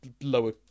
lower